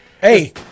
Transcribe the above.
Hey